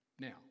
Now